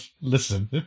listen